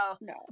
no